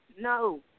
No